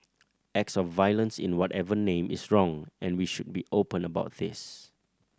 acts of violence in whatever name is wrong and we should be open about this